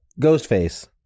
Ghostface